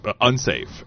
unsafe